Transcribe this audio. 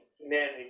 humanity